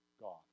God